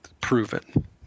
proven